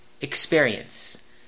experience